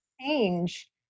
change